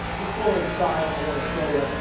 let's go inside i wanna show you,